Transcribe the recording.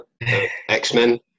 X-Men